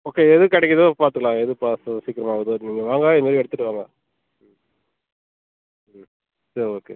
okay எது கிடைக்குதோ பார்த்துக்கலாம் எது ப்ராசஸ் சீக்கிரம் ஆகுதோ நீங்கள் வாங்க இதுமாதிரி எடுத்துகிட்டு வாங்க ம் சரி ஓகே ஓகே